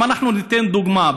אם ניתן דוגמה,